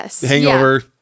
hangover